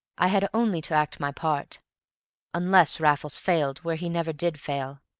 i had only to act my part unless raffles failed where he never did fail,